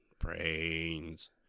Brains